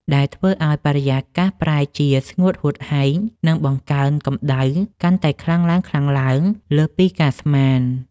ដែលធ្វើឱ្យបរិយាកាសប្រែជាស្ងួតហួតហែង និងបង្កើនកម្ដៅកាន់តែខ្លាំងឡើងៗលើសពីការស្មាន។